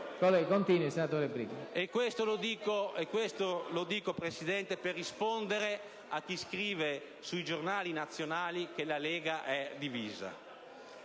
E questo lo dico, signor Presidente, per rispondere a chi scrive sui giornali nazionali che la Lega è divisa.